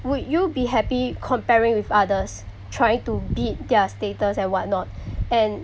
would you be happy comparing with others trying to beat their status and what not and